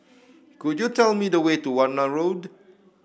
could you tell me the way to Warna Road